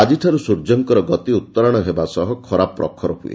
ଆକିଠାରୁ ସୂର୍ଯ୍ୟଙ୍କର ଗତି ଉତ୍ତରାୟଣ ହେବା ସହ ଖରାପ୍ରଖର ହୁଏ